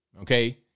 okay